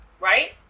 right